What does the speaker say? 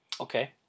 okay